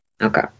Okay